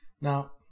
Now